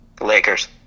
Lakers